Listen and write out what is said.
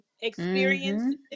experience